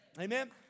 Amen